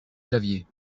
clavier